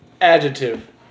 Adjective